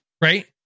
right